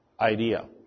idea